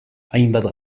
hainbat